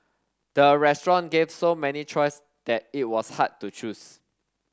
the restaurant gave so many choice that it was hard to choose